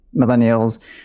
millennials